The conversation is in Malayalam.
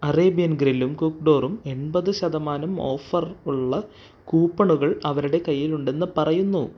അറേബ്യൻ ഗ്രില്ലും കുക്ക് ഡോറും എൺപത് ശതമാനം ഓഫർ ഉള്ള കൂപ്പണുകൾ അവരുടെ കയ്യിൽ ഉണ്ടെന്ന് പറയുന്നു